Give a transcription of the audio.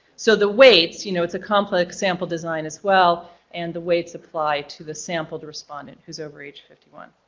so the weights, you know it's a complex sample design as well and the weights apply to the sample the respondent who's over age fifty one.